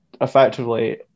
effectively